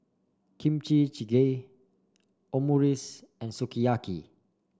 Kimchi Jjigae Omurice and Sukiyaki